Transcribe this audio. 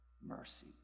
mercy